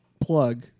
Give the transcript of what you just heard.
plug